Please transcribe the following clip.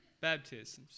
Baptisms